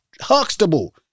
Huxtable